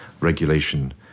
regulation